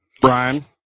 Brian